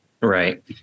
Right